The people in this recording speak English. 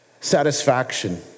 satisfaction